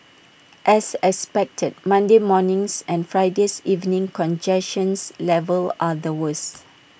as expected Monday morning's and Friday's evening's congestions levels are the worse